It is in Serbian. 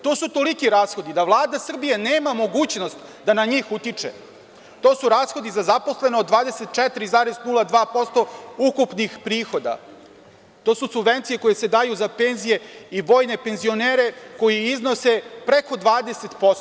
To su toliki rashodi da Vlada Srbije nema mogućnost da na njih utiče, to su rashodi za zaposlene od 24,02% ukupnih prihoda, to su subvencije koje se daju za penzije i vojne penzionere koje iznose preko 20%